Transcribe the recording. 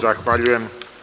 Zahvaljujem.